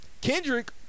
Kendrick